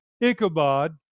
Ichabod